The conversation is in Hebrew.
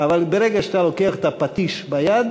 אבל ברגע שאתה לוקח את הפטיש ביד